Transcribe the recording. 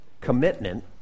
commitment